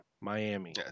Miami